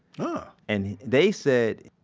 but and they said,